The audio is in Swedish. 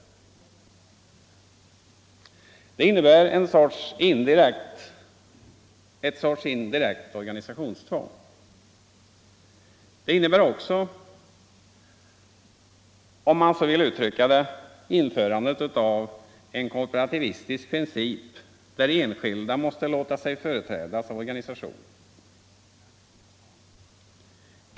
Detta innebär en sorts indirekt organisationstvång och även, om man vill uttrycka det så, införandet av en korporativistisk princip där de enskilda måste låta sig företrädas av organisationer.